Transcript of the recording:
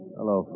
Hello